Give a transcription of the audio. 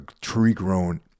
tree-grown